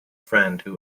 friend